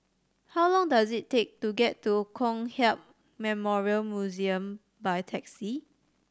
how long does it take to get to Kong Hiap Memorial Museum by taxi